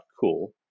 cool